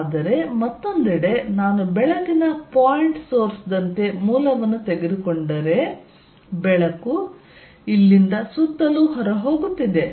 ಆದರೆ ಮತ್ತೊಂದೆಡೆ ನಾನು ಬೆಳಕಿನ ಪಾಯಿಂಟ್ ಸೊರ್ಸ್ ದಂತೆ ಮೂಲವನ್ನು ತೆಗೆದುಕೊಂಡರೆ ಬೆಳಕು ಇಲ್ಲಿಂದ ಸುತ್ತಲೂ ಹೊರಹೋಗುತ್ತಿದೆ